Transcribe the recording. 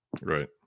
Right